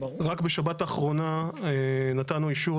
רק בשבת האחרונה נתנו אישור,